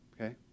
Okay